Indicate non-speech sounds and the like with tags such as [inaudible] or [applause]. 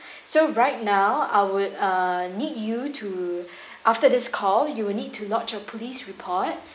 so right now I would uh need you to [breath] after this call you will need to lodge a police report